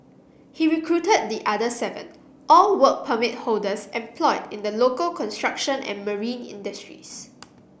he recruited the other seven all Work Permit holders employed in the local construction and marine industries